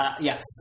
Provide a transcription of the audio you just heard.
Yes